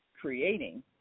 creating